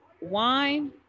wine